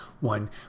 one